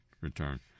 return